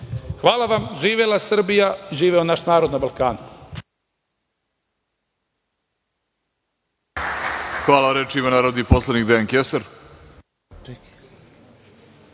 Hvala vam. Živela Srbija i živeo naš narod na Balkanu!